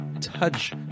touch